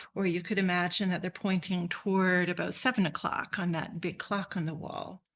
or you could imagine that they're pointing toward about seven o'clock on that big clock on the wall.